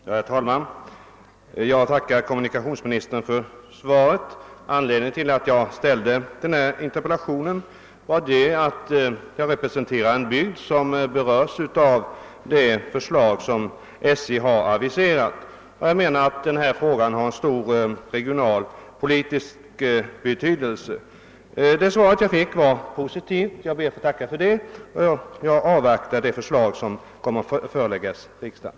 Herr talman! Jag tackar kommunikationsministern för svaret. Anledningen till att jag ställde den här interpellationen var att jag representerar en bygd som berörs av det av SJ aviserade förslaget. Enligt min mening har denna fråga en stor regionalpolitisk betydelse. Svaret var positivt och jag ber att än en gång få tacka för det. Jag avvaktar det förslag som kommer att föreläggas riksdagen.